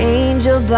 angel